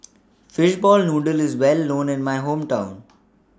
Fishball Noodle IS Well known in My Hometown